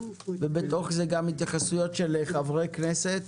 ובתוך זה גם התייחסויות של חברי כנסת.